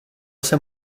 sem